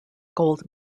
gold